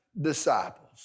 disciples